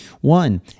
One